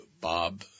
Bob